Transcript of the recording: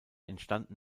entstanden